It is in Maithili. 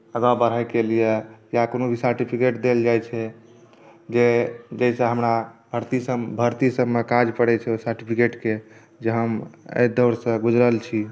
आगाँ बढ़एके लिए या कोनो भी सर्टिफिकेट देल जाइ छै जे जाहिसँ हमरा भर्ती सभमे काज पड़ै छै ओहि सर्टिफिकेटके जे हम एहि दौड़सँ गुजरल छी